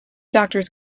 doctors